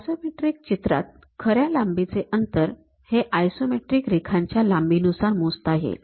isometric चित्रात खऱ्या लांबीचे अंतर हे आयसोमेट्रिक रेखाच्या लांबीनुसार मोजता येईल